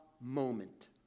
moment